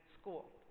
school